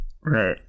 Right